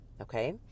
Okay